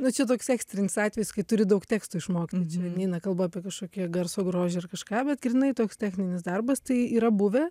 nu čia toks ekstrinis atvejis kai turi daug teksto išmokt tai čia neina kalba apie kažkokią garso grožį ir kažką bet grynai toks techninis darbas tai yra buvę